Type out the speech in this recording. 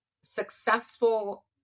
successful